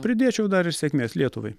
pridėčiau dar ir sėkmės lietuvai